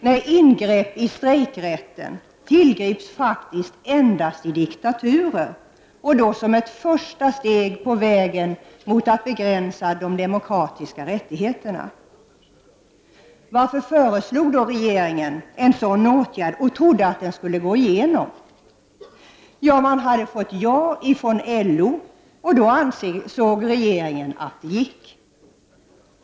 Nej, ingrepp i strejkrätten tillgrips faktiskt endast i diktaturer och då som ett första steg på vägen mot att begränsa de demokratiska rättigheterna. Varför föreslog regeringen då en sådan åtgärd och trodde att den skulle gå igenom? Jo, regeringen hade fått ja från LO, och då ansåg regeringen att detta gick an.